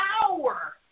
power